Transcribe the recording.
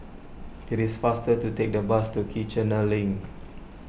it is faster to take the bus to Kiichener Link